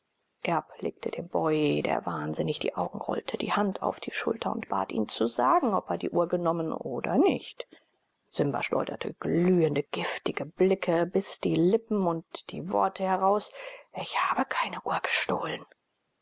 legte dem boy der wahnsinnig die augen rollte die hand auf die schulter und bat ihn zu sagen ob er die uhr genommen habe oder nicht simba schleuderte glühende giftige blicke biß die lippen und die worte heraus ich habe keine uhr gestohlen